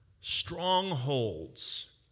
strongholds